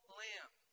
lamb